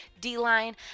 D-line